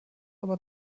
aber